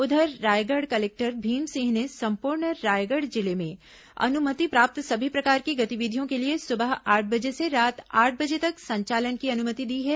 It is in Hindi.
उधर रायगढ़ कलेक्टर भीम सिंह ने संपूर्ण रायगढ़ जिले में अनुमति प्राप्त सभी प्रकार की गतिविधियों के लिए सुबह आठ बजे से रात आठ बजे तक संचालन की अनुमति दी है